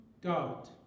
God